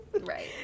right